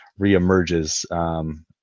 reemerges